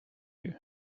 you